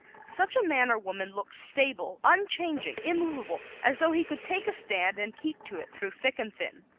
such a man or woman looks stable, unchanging, immovable as though he could take a stand and keep to it through thick and thin.